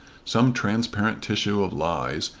some transparent tissue of lies,